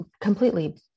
completely